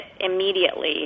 immediately